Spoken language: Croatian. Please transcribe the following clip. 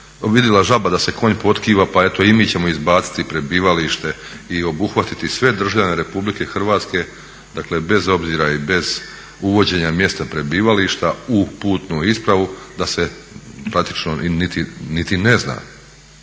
vidjela žaba da se konj potkiva pa eto i mi ćemo izbaciti prebivalište i obuhvatiti sve državljane RH dakle bez obzira i bez uvođenja mjesta prebivališta u putnu ispravu da se praktično niti ne zna